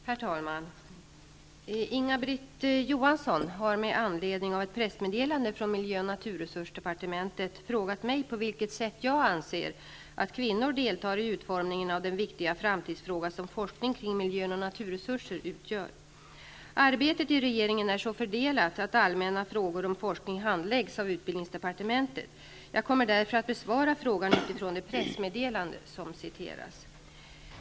Herr talman! Inga-Britt Johansson har med anledning av ett pressmeddelande från miljö och naturresursdepartmentet frågat mig på vilket sätt jag anser att kvinnor deltar i utformningen av den viktiga framtidsfråga som forskning kring miljön och naturresurser utgör. Arbetet i regeringen är så fördelat att allmänna frågor om forskning handläggs av utbildningsdepartmentet. Jag kommer därför att besvara frågan utifrån det pressmeddelande som citeras.